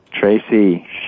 Tracy